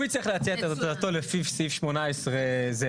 הוא יצטרך להציע את הצעתו לפי סעיף 18 זה.